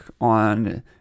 on